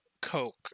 Coke